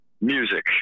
music